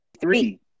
Three